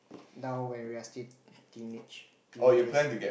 now when we are still teenage teenagers